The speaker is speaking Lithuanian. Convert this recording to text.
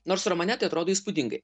nors romane tai atrodo įspūdingai